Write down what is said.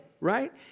right